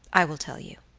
i will tell you.